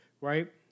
right